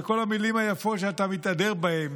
שכל המילים היפות שאתה מתהדר בהן